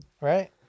Right